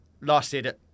lasted